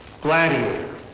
Gladiator